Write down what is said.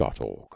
org